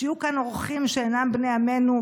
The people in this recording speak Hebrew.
שהיו כאן אורחים שאינם בני עמנו,